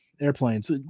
airplanes